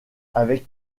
avec